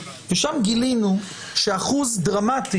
ושם גילינו שאחוז דרמטי